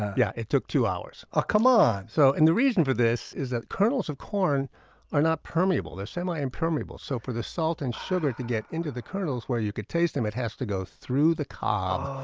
yeah it took two hours oh, come on! so and the reason for this is that kernels of corn are not permeable they're semi-impermeable. so for the salt and sugar to get into the kernels. where you could taste them, it has to soak through the cob,